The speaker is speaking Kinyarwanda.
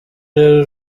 rero